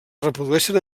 reprodueixen